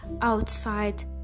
outside